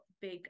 big